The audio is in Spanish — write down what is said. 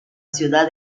ciudad